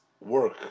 work